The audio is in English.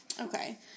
Okay